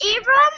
Abram